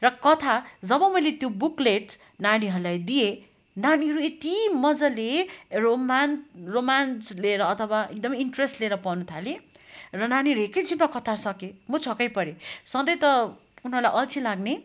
र कथा जब मैले त्यो बुकलेट नानीहरूलाई दिए नानीहरू यति मज्जाले रोमा रोमान्च लिएर अथवा एकदमै इन्ट्रेस्ट लिएर पढ्नु थाले र नानीहरू एकै छिनमा कथा सके म छक्कै परेँ सधैँ त उनीहरूलाई अल्छी लाग्ने